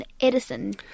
Edison